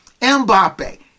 Mbappe